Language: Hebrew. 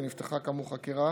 ונפתחה כאמור חקירה